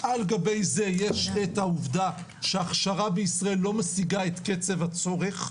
על גבי זה יש את העובדה שההכשרה בישראל לא משיגה את קצב הצורך,